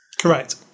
Correct